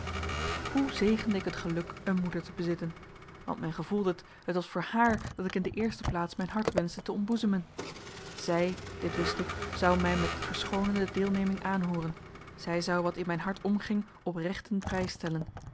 hoe zegende ik het geluk een moeder te bezitten want men gevoelt het het was voor haar dat ik in de eerste plaats mijn hart wenschte te ontboezemen zij dit wist ik zou mij met verschoonende deelneming aanhooren zij zou wat in mijn hart omging op rechten prijs stellen